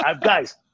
Guys